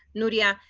nuria.